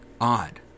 odd